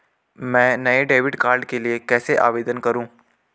मैं नए debit card के लिए कैसे आवेदन करूं?